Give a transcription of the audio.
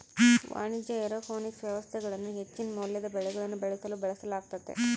ವಾಣಿಜ್ಯ ಏರೋಪೋನಿಕ್ ವ್ಯವಸ್ಥೆಗಳನ್ನು ಹೆಚ್ಚಿನ ಮೌಲ್ಯದ ಬೆಳೆಗಳನ್ನು ಬೆಳೆಸಲು ಬಳಸಲಾಗ್ತತೆ